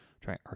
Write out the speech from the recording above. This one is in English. try